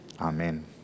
Amen